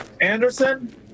Anderson